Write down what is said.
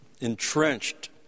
entrenched